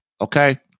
okay